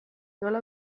nola